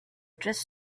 dress